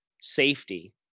safety